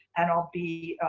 and i'll be,